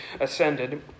ascended